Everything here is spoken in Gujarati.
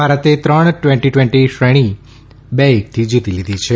ભારતે ત્રણ ટવેનટી ટવેન્ટી શ્રેણી બે એકથી જીતી લીધી છે